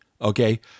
Okay